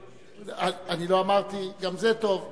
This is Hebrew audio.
אני לא אמרתי, גם זה טוב,